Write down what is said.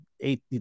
eight